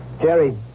Jerry